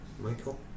Michael